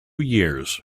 years